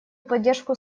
поддержку